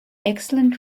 excellent